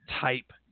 type